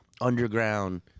underground